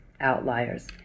outliers